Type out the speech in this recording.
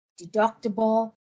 deductible